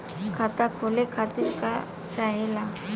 खाता खोले खातीर का चाहे ला?